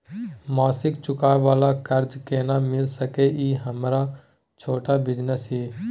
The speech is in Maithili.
मासिक चुकाबै वाला कर्ज केना मिल सकै इ हमर छोट बिजनेस इ?